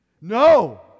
no